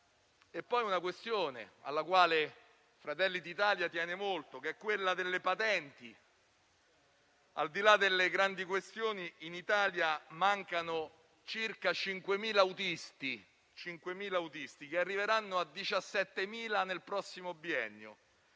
è poi una questione alla quale Fratelli d'Italia tiene molto. Mi riferisco alle patenti. Al di là delle grandi questioni, in Italia mancano circa 5.000 autisti, numero che arriverà a 17.000 nel prossimo biennio.